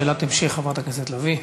שאלת המשך, חברת הכנסת לביא.